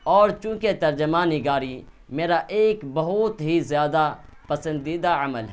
اور چونکہ ترجمہ نگاری میرا ایک بہت ہی زیادہ پسندیدہ عمل ہے